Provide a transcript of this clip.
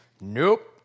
Nope